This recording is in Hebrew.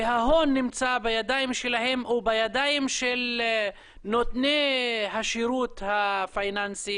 וההון נמצא בידיים שלהם ובידיים של נותני השרות הפיננסי